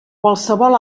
qualsevol